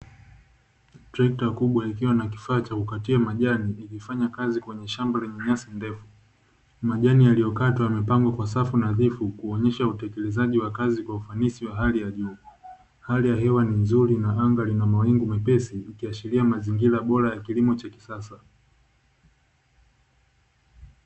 Trekta kubwa likiwa na kifaa cha kukatia majani likifanya kazi katika shamba lenye nyasi ndefu. Majani yaliyokatwa yamepangwa kwa safu nadhifu kuonyesha utekelezaji wa kazi kwa ufanisi wa hali ya juu. Hali ya hewa ni nzuri na anga lina mawingu mepesi likiashiria mazingira bora ya kilimo cha kisasa.